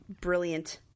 brilliant